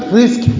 risk